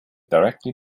directly